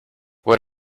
what